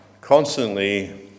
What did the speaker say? constantly